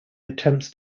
attempts